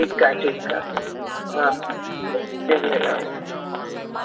ठीकु आहे ठीकु आहे हा हा जय झूलेलाल